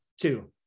Two